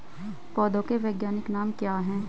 पौधों के वैज्ञानिक नाम क्या हैं?